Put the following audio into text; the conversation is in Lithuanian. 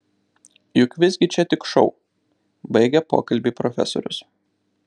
juk visgi čia tik šou baigė pokalbį profesorius